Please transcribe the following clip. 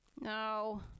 no